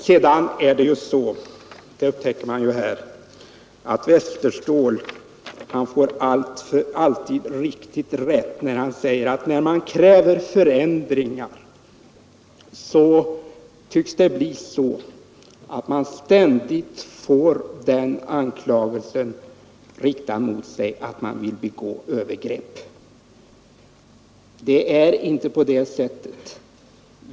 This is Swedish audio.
Slutligen vill jag säga att Jörgen Westerståhl tydligen har alldeles rätt, när han säger att då man kräver förändringar i ett proportionellt valsätt tycks det bli så att man ständigt får den anklagelsen riktad mot sig att man vill begå övergrepp. Det är inte på det sättet.